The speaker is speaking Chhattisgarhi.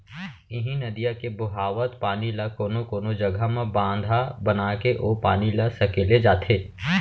इहीं नदिया के बोहावत पानी ल कोनो कोनो जघा म बांधा बनाके ओ पानी ल सकेले जाथे